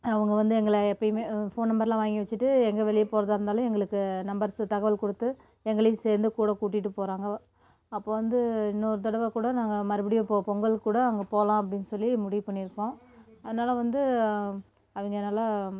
அவங்க வந்து எங்களை எப்போயுமே ஃபோன் நம்பரெலாம் வாங்கி வச்சுட்டு எங்கே வெளியே போகிறதா இருந்தாலும் எங்களுக்கு நம்பர்ஸு தகவல் கொடுத்து எங்களையும் சேர்ந்து கூட கூட்டிகிட்டு போகிறாங்க அப்போது வந்து இன்னொரு தடவை கூட நாங்கள் மறுபடியும் போ பொங்கலுக்கு கூட அங்கே போகலாம் அப்படின் சொல்லி முடிவு பண்ணியிருக்கோம் அதனால வந்து அவங்க நல்லா